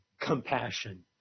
compassion